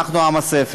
אנחנו עם הספר.